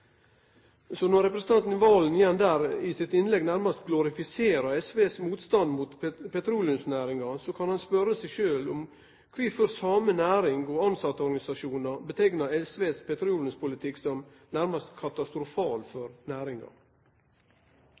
Når representanten Serigstad Valen i innlegget sitt nærmast glorifiserer SVs motstand mot petroleumsnæringa, bør han spørje seg sjølv kvifor den same næringa og tilsetteorganisasjonane beskriv SVs petroleumspolitikk som nærmast katastrofal for næringa.